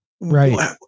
Right